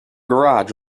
garage